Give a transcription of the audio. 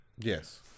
Yes